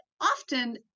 often